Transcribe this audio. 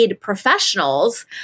Professionals